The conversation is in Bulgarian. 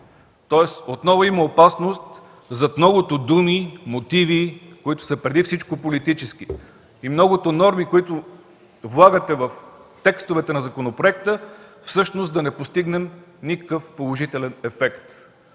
Тоест отново има опасност зад многото думи и мотиви, които са преди всичко политически, и многото норми, които влагате в текстовете на законопроекта, да не постигнем никакъв положителен ефект.